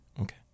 okay